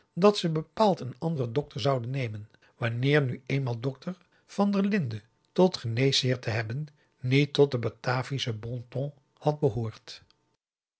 dat ze bepaald een anderen dokter zouden nemen wanneer nu eenmaal dokter van der linden tot geneesheer te hebben niet tot den bataviaschen b o n t o n had behoord